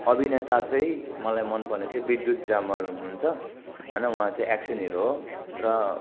अभिनेता चाहिँ मलाई मनपर्ने चाहिँ विद्युत जामवाल हुनुहुन्छ होइन उहाँ चाहिँ एक्सन हिरो हो र